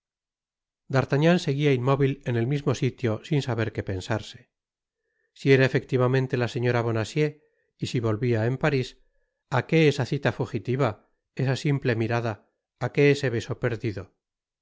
d'artagnan seguía inmóvil en el mismo sitio sin saber que pensarse si era efectivamente la señora bonacieux y si volvia en parís á qué esa cita fugitiva esa simple mirada á qué ese beso perdido